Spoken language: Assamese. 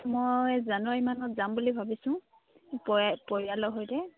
মই জানুৱাৰীমানত যাম বুলি ভাবিছোঁ পৰে পৰিয়ালৰ সৈতে